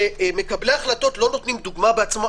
כשמקבלי ההחלטות לא נותנים דוגמה בעצמם,